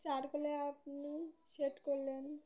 চারকোলে আপনি শেড করলেন